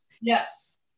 Yes